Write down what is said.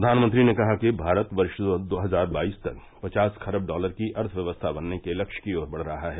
प्रधानमंत्री ने कहा कि भारत वर्ष दो हजार बाईस तक पचास खरब डॉलर की अर्थव्यवस्था बनने के लक्ष्य की ओर बढ़ रहा है